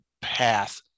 path